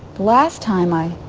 last time i